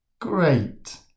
Great